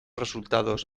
resultados